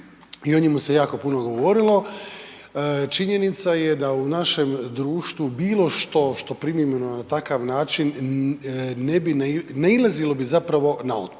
i o njemu se jako puno govorilo. Činjenica je da u našem društvu bilo što, što primimo na takav način ne bi, nailazilo bi zapravo na otpore.